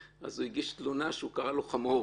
אז הוא הגיש תלונה שהוא קרא לו חמור.